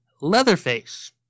Leatherface